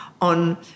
on